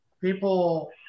people